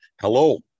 hello